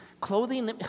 clothing